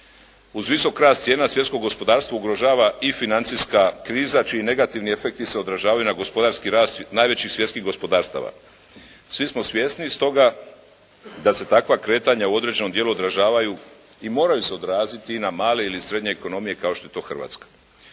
Uz visok rast cijena svjetsko gospodarstvo ugrožava i financijska kriza čiji negativni efekti se odražavaju na gospodarski rast najvećih svjetskih gospodarstava. Svi smo svjesni stoga da se takva kretanja u određenom dijelu odražavaju i moraju se odraziti na male ili srednje ekonomije kao što je to Hrvatska.